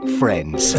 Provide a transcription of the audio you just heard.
friends